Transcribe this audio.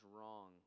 wrong